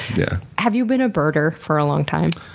yeah. have you been a birder for a long time?